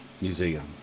Museum